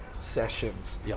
Sessions